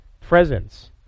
presence